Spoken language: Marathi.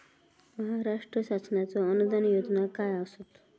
महाराष्ट्र शासनाचो अनुदान योजना काय आसत?